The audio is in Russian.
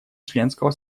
членского